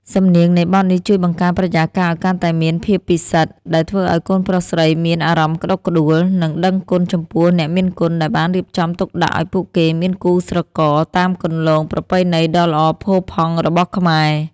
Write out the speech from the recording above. សំនៀងនៃបទនេះជួយបង្កើនបរិយាកាសឱ្យកាន់តែមានភាពពិសិដ្ឋ ដែលធ្វើឱ្យកូនប្រុសស្រីមានអារម្មណ៍ក្តុកក្តួល និងដឹងគុណចំពោះអ្នកមានគុណ ដែលបានរៀបចំទុកដាក់ឱ្យពួកគេមានគូស្រករតាមគន្លងប្រពៃណីដ៏ល្អផូរផង់របស់ខ្មែរ។